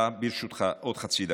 ברשותך, עוד חצי דקה.